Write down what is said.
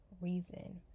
reason